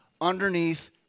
underneath